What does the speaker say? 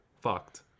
fucked